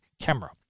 camera